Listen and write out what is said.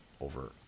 over